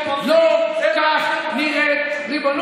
פשעים שאתם עושים, לא כך נראית ריבונות.